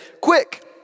quick